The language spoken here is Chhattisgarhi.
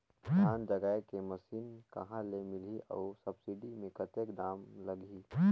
धान जगाय के मशीन कहा ले मिलही अउ सब्सिडी मे कतेक दाम लगही?